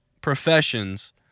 professions